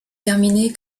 terminée